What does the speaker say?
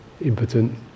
impotent